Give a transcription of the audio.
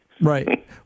Right